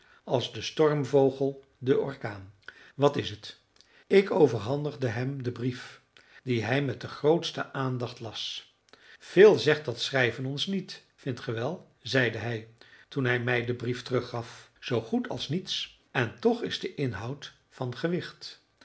als de stormvogel den orkaan wat is het ik overhandigde hem den brief dien hij met de grootste aandacht las veel zegt dat schrijven ons niet vindt ge wel zeide hij toen hij mij den brief teruggaf zoo goed als niets en toch is de inhoud van gewicht